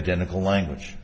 identical language